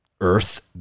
Earth